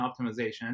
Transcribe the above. optimization